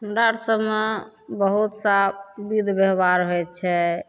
हमरा आओर सभमे बहुत सा विध बेवहार होइ छै